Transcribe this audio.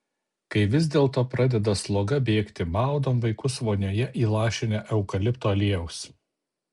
kai vis dėlto pradeda sloga bėgti maudom vaikus vonioje įlašinę eukalipto aliejaus